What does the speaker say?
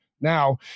now